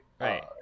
right